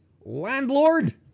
landlord